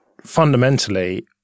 fundamentally